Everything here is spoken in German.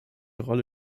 rolle